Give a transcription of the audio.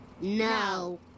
No